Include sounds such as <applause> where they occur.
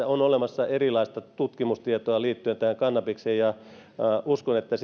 <unintelligible> on olemassa erilaista tutkimustietoa liittyen tähän kannabikseen ja uskon että <unintelligible>